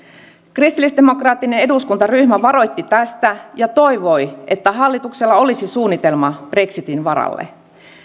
kristillisdemokraattinen eduskuntaryhmä varoitti tästä ja toivoi että hallituksella olisi suunnitelma brexitin varalle